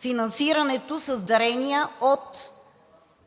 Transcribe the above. финансирането с дарения от